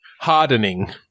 Hardening